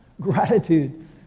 Gratitude